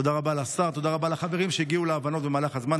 תודה רבה לשר ותודה רבה לחברים שהגיעו להבנות במהלך הזמן.